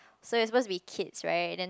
so you're supposed to be kids right and then